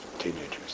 teenagers